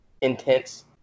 intense